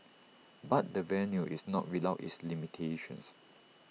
but the venue is not without its limitations